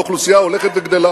והאוכלוסייה הולכת וגדלה.